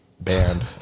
band